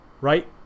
Right